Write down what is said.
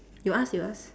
you ask you ask